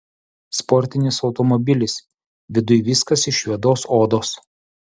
sportinis automobilis viduj viskas iš juodos odos